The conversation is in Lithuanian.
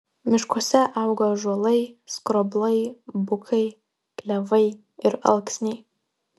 miškuose auga ąžuolai skroblai bukai klevai ir alksniai